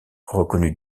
reconnut